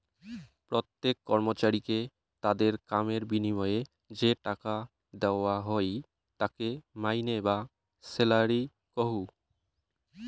প্রত্যেক কর্মচারীকে তাদের কামের বিনিময়ে যে টাকা দেওয়া হই তাকে মাইনে বা স্যালারি কহু